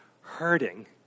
hurting